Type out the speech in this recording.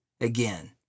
again